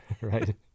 right